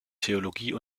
theologie